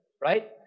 right